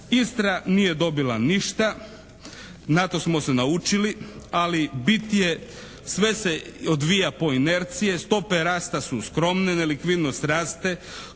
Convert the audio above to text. Istra nije dobila ništa, na to smo se naučili ali bit je sve se odvija po inerciji, stope rasta su skromne, nelikvidnost raste.